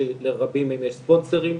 שלרבים מהם יש ספונסרים,